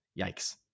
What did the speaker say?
yikes